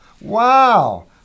Wow